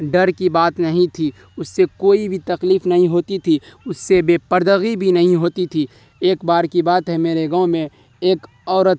ڈر کی بات نہیں تھی اس سے کوئی بھی تکلیف نہیں ہوتی تھی اس سے بے پردگی بھی نہیں ہوتی تھی ایک بار کی بات ہے میرے گاؤں میں ایک عورت